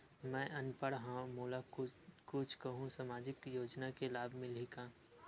मैं अनपढ़ हाव मोला कुछ कहूं सामाजिक योजना के लाभ मिलही का?